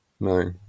No